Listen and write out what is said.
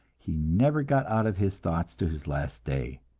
he never got out of his thoughts to his last day.